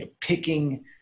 picking